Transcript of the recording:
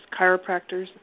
chiropractors